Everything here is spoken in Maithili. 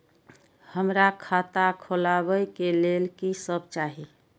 हमरा खाता खोलावे के लेल की सब चाही?